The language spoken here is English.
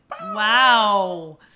Wow